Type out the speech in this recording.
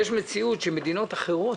יש מציאות שמדינות אחרות,